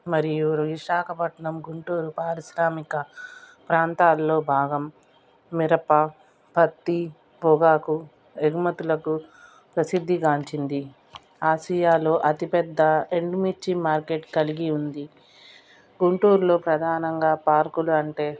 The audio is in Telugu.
మరియు విశాఖపట్నం గుంటూరు పారిశ్రామిక ప్రాంతాల్లో భాగం మిరప పత్తి పొగాకు ఎగుమతులకు ప్రసిద్ధిగాంచింది ఆసియాలో అతిపెద్ద ఎండుమిర్చి మార్కెట్ కలిగి ఉంది గుంటూరులో ప్రధానంగా పార్కులు అంటే